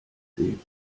sehen